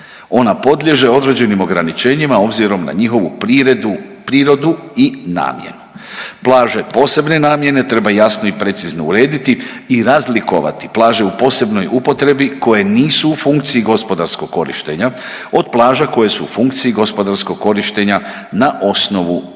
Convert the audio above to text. Ona podliježe određenim ograničenjima obzirom na njihovu prirodu i namjenu. Plaže posebne namjene treba jasno i precizno urediti i razlikovati plaže u posebnoj upotrebi koje nisu u funkciji gospodarskog korištenja od plaža koje su u funkciji gospodarskog korištenja na osnovu koncesije.